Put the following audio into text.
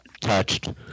touched